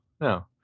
no